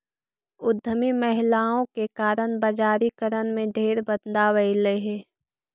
उद्यमी महिलाओं के कारण बजारिकरण में ढेर बदलाव अयलई हे